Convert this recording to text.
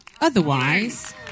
Otherwise